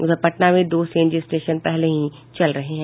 उधर पटना में दो सीएनजी स्टेशन पहले से ही चल रहे हैं